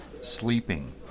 Sleeping